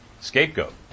Scapegoat